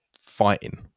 fighting